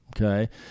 okay